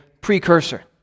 precursor